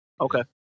Okay